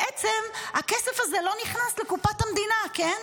בעצם הכסף הזה לא נכנס לקופת המדינה, כן?